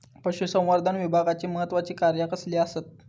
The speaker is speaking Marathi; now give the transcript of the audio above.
पशुसंवर्धन विभागाची महत्त्वाची कार्या कसली आसत?